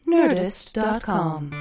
Nerdist.com